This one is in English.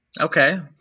Okay